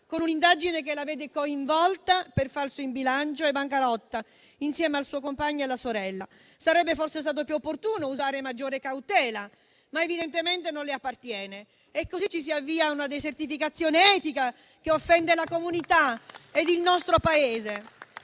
con un'indagine che la vede coinvolta per falso in bilancio e bancarotta insieme al suo compagno e alla sorella. Sarebbe forse stato più opportuno usare maggior cautela, ma evidentemente non le appartiene e così ci si avvia a una desertificazione etica, che offende la comunità ed il nostro Paese.